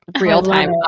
real-time